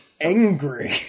angry